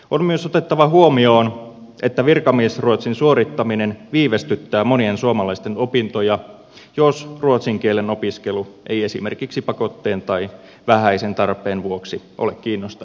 on myös otettava huomioon että virkamiesruotsin suorittaminen viivästyttää monien suomalaisten opintoja jos ruotsin kielen opiskelu ei esimerkiksi pakotteen tai vähäisen tarpeen vuoksi ole kiinnostanut aiemmin